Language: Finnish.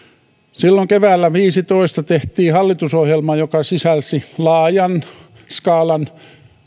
silloin keväällä viiteentoista tehtiin hallitusohjelma joka sisälsi laajan skaalan